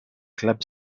club